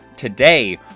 Today